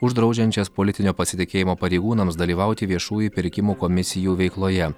uždraudžiančias politinio pasitikėjimo pareigūnams dalyvauti viešųjų pirkimų komisijų veikloje